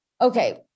Okay